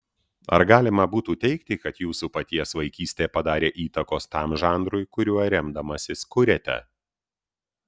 ar galima būtų teigti kad jūsų paties vaikystė padarė įtakos tam žanrui kuriuo remdamasis kuriate